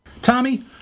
Tommy